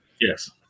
Yes